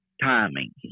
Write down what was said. timing